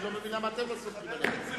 אני לא מבין למה אתם לא סומכים עליה.